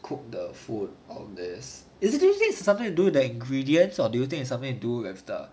cook the food of this do you think is something to do with the ingredients or do you think it's something to do with the